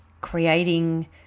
creating